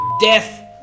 Death